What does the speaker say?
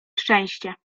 szczęście